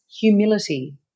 humility